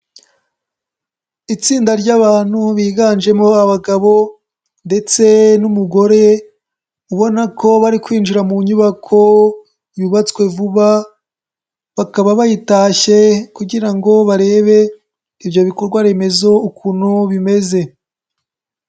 Itsinda ry'abantu biganjemo abagabo ndetse n'umugore ubona ko bari kwinjira mu nyubako yubatswe vuba bakaba bayitashye kugira ngo barebe ibyo bikorwa remezo ukuntu bimeze.